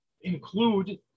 include